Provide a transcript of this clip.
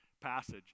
passage